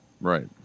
Right